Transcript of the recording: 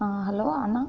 hello Anna